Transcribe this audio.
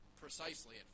precisely